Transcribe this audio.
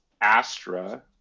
Astra